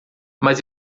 mas